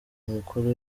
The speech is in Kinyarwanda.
umukuru